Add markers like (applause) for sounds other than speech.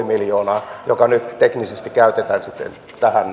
(unintelligible) miljoonaa joka nyt teknisesti käytetään sitten tähän (unintelligible)